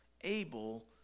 able